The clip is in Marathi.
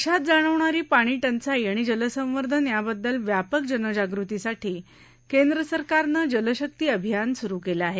देशात जाणवणारी पाणी टंचाई आणि जलसंवर्धन यांबद्दल व्यापक जनजागृतीसाठी केंद्र सरकारनं जल शक्ति अभियान सुरु केलं आहे